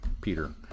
Peter